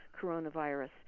coronavirus